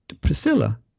Priscilla